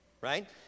Right